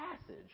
passage